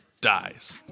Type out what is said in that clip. dies